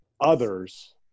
others